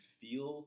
feel